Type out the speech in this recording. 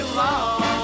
love